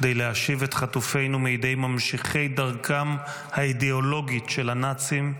כדי להשיב את חטופינו מידי ממשיכי דרכם האידיאולוגית של הנאצים,